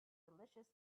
delicious